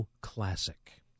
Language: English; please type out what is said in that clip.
Classic